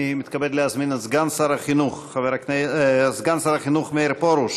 מתכבד להזמין את סגן שר החינוך מאיר פרוש